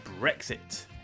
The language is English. Brexit